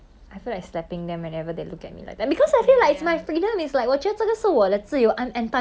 yes it it is your choice but then you cannot like stop people from looking at you but it makes me very uncomfortable